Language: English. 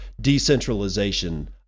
decentralization